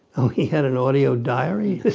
oh, he had an audio diary?